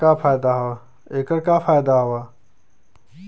ऐकर का फायदा हव?